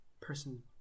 Person